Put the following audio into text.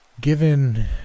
Given